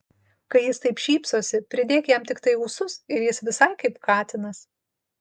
kai jis taip šypsosi pridėk jam tiktai ūsus ir jis visai kaip katinas